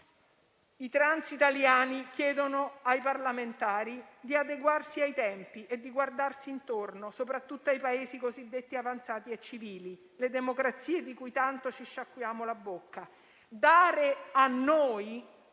I trans italiani chiedono ai parlamentari di adeguarsi ai tempi e guardarsi intorno, soprattutto ai Paesi cosiddetti avanzati e civili, le democrazie di cui tanto ci sciacquiamo la bocca. Dare a noi